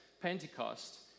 Pentecost